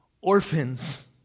orphans